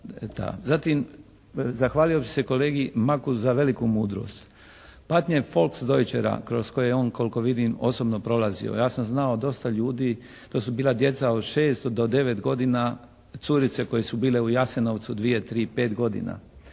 Zatim zahvalio bih se kolegi Maku za veliku mudrost. Patnje …/Govornik se ne razumije./.. kroz koje je on koliko vidim osobno prolazio, ja sam znao dosta ljudi, to su bila djeca od 6 do 9 godina, curice koje su bile u Jasenovcu, 2,3, 5 godina.